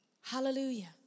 Hallelujah